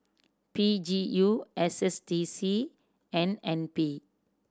P G U S S D C and N P